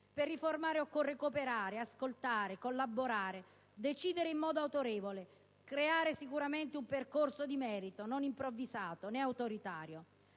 per riformare occorre cooperare, ascoltare, collaborare, decidere in modo autorevole, creare un percorso di merito non improvvisato né autoritario.